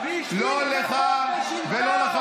כבוד ושלטון, בשביל כבוד ושלטון.